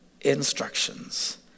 instructions